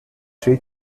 three